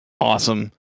Awesome